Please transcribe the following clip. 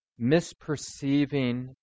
Misperceiving